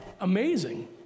Amazing